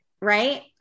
right